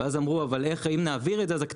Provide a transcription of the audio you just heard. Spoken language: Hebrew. ואז נאמר אבל אם נעביר את זה אז הספקים